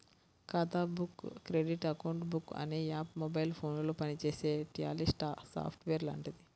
ఖాతా book credit account book అనే app mobile ఫోనులో పనిచేసే ట్యాలీ సాఫ్ట్ వేర్ లాంటిది